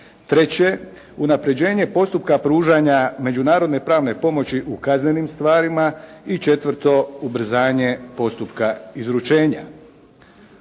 Treće, unapređenje postupka pružanja međunarodne pravne pomoći u kaznenim pravima. I četvrto, ubrzanje postupka izručenja.